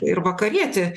ir vakarietį